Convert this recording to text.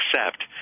accept